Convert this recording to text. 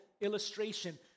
illustration